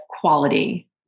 quality